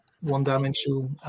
one-dimensional